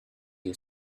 you